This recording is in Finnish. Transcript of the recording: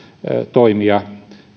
toimia